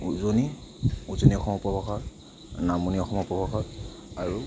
উজনি উজনি অসমৰ উপভাষা নামনি অসমৰ উপভাষা আৰু